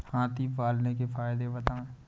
हाथी पालने के फायदे बताए?